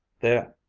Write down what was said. there,